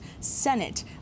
Senate